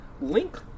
Link